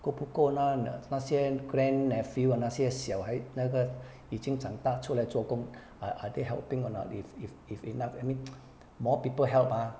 够不够呢那些 grandnephew 那些小孩那个已经长大出来做工 are are they helping or not if if if enough I mean more people help ah